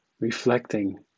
reflecting